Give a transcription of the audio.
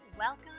Welcome